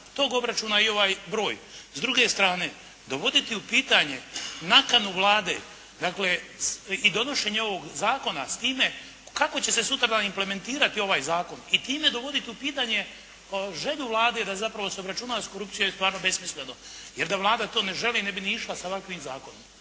tog obračuna je i ovaj broj. S druge strane, dovoditi u pitanje nakanu Vlade, dakle i donošenje ovog zakona s time kako će se sutradan implementirati ovaj zakon i time dovoditi u pitanje želju Vlade da zapravo se obračuna s korupcijom je stvarno besmisleno. Jer da Vlada to ne želi, ne bi ni išla s ovakvim zakonom.